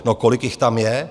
No, kolik jich tam je?